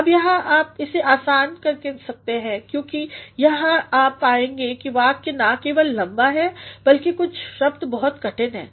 अब यहाँ आप इसे आसान कर सकते क्योंकि यहाँ आप पाएंगे कि वाक्य ना केवल लम्बा है बल्कि कुछ शब्द बहुत कठिन हैं